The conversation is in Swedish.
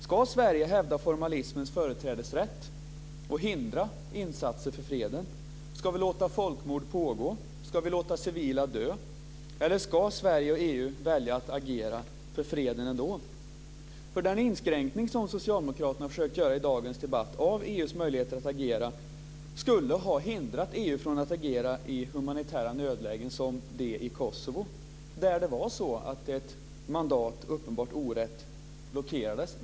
Ska Sverige hävda formalismens företrädesrätt och hindra insatser för freden? Ska vi låta folkmord pågå? Ska vi låta civila dö? Eller ska Sverige och EU välja att agera för freden ändå? Den inskränkning som socialdemokraterna i dagens debatt försökt göra av EU:s möjligheter att agera skulle ha hindrat EU från att agera i humanitära nödlägen som det i Kosovo, där ett mandat uppenbarligen orätt blockerades.